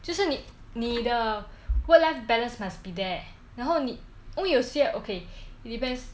就是你的 work life balance must be there 然后你因为有些 okay depends